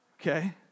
Okay